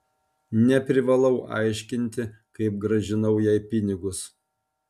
neprivalau aiškinti kaip grąžinau jai pinigus